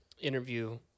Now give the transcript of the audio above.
interview